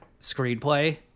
screenplay